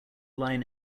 line